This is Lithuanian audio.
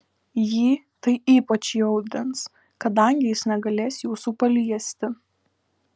jį tai ypač įaudrins kadangi jis negalės jūsų paliesti